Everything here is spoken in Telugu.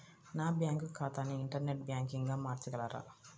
నా బ్యాంక్ ఖాతాని ఇంటర్నెట్ బ్యాంకింగ్గా మార్చగలరా?